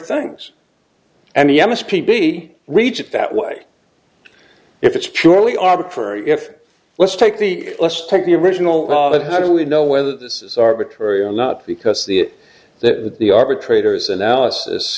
things and yemen's p b reach it that way if it's purely arbitrary if let's take the let's take the original that how do we know whether this is arbitrary or not because the that the arbitrator's analysis